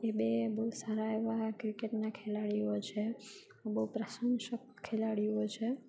એ બે બહુ સારા એવા ક્રિકેટના ખેલાડીઓ છે બહુ પ્રશંસક ખેલાડીઓ છે